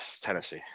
Tennessee